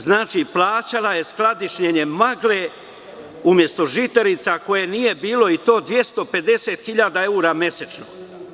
Znači, plaćala je skladištenje magle umesto žitarica kojih nije bilo, i to 250.000 evra mesečno.